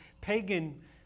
pagan